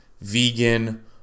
vegan